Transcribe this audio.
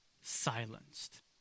silenced